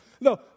No